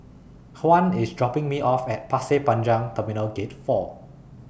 Juan IS dropping Me off At Pasir Panjang Terminal Gate four